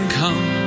come